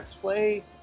play